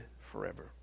forever